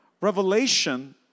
Revelation